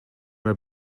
were